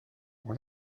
one